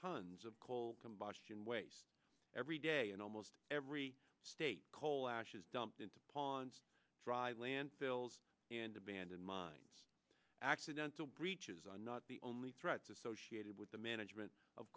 tons of coal combustion waste every day and almost every state coal ash is dumped into ponds dry landfills and abandoned mines accidental breaches are not the only threats associated with the management of